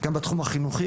גם בתחום החינוכי.